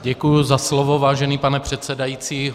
Děkuji za slovo, vážený pane předsedající.